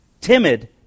timid